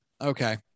Okay